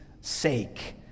sake